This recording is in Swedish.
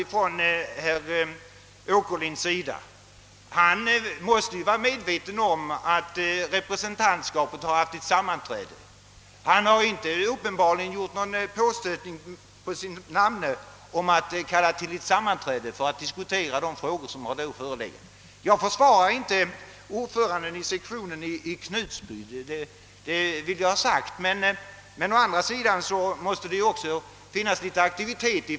Herr Åkerlind måste vara medveten om att representantskapet har haft ett sammanträde, men han har uppenbarligen inte stött på sin namne om att kalla till ett möte för att diskutera de problem som förelegat. Jag försvarar inte ordföranden för sektionen i Knutby, men de enskilda medlemmarna måste också visa en smula aktivitet.